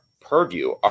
purview